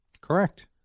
Correct